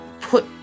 put